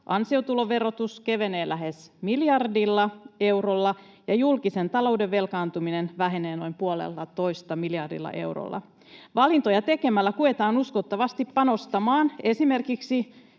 ansiotuloverotus kevenee lähes miljardilla eurolla ja julkisen talouden velkaantuminen vähenee noin puolellatoista miljardilla eurolla. Valintoja tekemällä kyetään uskottavasti panostamaan esimerkiksi